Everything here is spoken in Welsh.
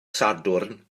sadwrn